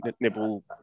Nibble